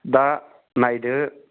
दा नायदो